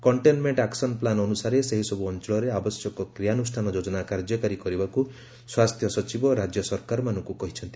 containment action plan ଅନୁସାରେ ସେହିସବୁ ଅଞ୍ଚଳରେ ଆବଶ୍ୟକ କ୍ରିୟାନୁଷ୍ଠାନ ଯୋଜନା କାର୍ଯ୍ୟକାରୀ କରିବାକୁ ସ୍ୱାସ୍ଥ୍ୟ ସଚିବ ରାଜ୍ୟ ସରକାରମାନଙ୍କୁ କହିଛନ୍ତି